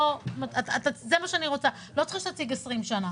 לא צריכה שתציג 20 שנים.